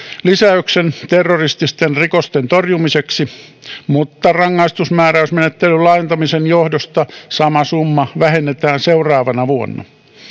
lisäyksen terrorististen rikosten torjumiseksi mutta rangaistusmääräysmenettelyn laajentamisen johdosta sama summa vähennetään seuraavana vuonna